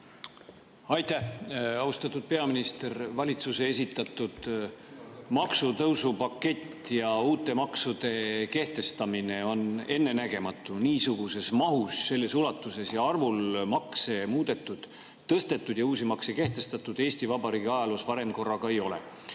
Aitäh! Austatud peaminister! Valitsuse esitatud maksutõusupakett ja uute maksude kehtestamine on ennenägematu. Niisuguses mahus, selles ulatuses ja arvul makse muudetud, tõstetud ja uusi makse kehtestatud Eesti Vabariigi ajaloos varem korraga ei ole.